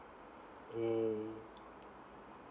mm